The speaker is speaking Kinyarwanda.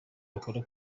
wakora